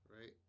Right